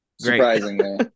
surprisingly